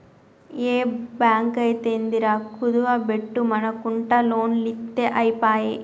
ఏ బాంకైతేందిరా, కుదువ బెట్టుమనకుంట లోన్లిత్తె ఐపాయె